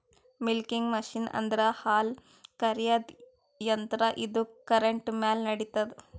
milking machine ಅಂದ್ರ ಹಾಲ್ ಕರ್ಯಾದ್ ಯಂತ್ರ ಇದು ಕರೆಂಟ್ ಮ್ಯಾಲ್ ನಡಿತದ್